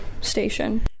station